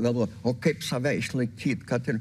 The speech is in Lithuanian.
galvoti o kaip save išlaikyti kad ir